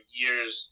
years